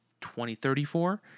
2034